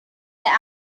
that